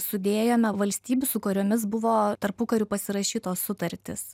sudėjome valstybių su kuriomis buvo tarpukariu pasirašytos sutartys